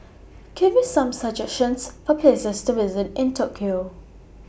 Give Me Some suggestions For Places to visit in Tokyo